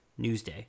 Newsday